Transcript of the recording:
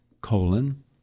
colon